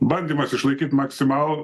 bandymas išlaikyt maksimalų